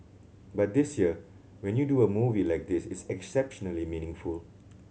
but this year when you do a movie like this it's exceptionally meaningful